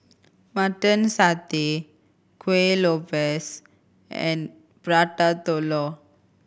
Mutton Satay Kueh Lopes and Prata Telur